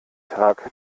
tag